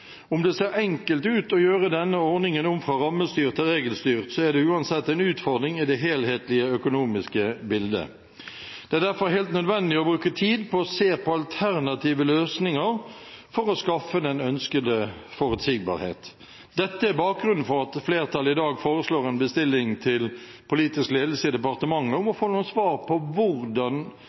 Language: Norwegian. Om det ser enkelt ut å gjøre denne ordningen om fra rammestyrt til regelstyrt, er det uansett en utfordring i det helhetlige økonomiske bildet. Det er derfor helt nødvendig å bruke tid på å se på alternative løsninger for å skaffe den ønskede forutsigbarhet. Dette er bakgrunnen for at flertallet i dag foreslår en bestilling til politisk ledelse i departementet om å få noen svar på hvordan